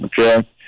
okay